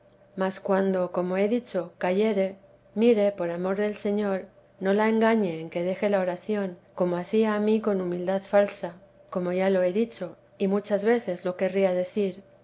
mas cuando como he dicho cayere mire por amor del señor no la engañe en que deje la oración como hacía a mí con humildad falsa como ya lo he dicho y muchas veces lo querría decir